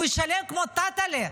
הוא ישלם כמו טטלה,